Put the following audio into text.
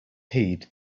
heed